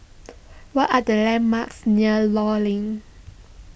what are the landmarks near Law Link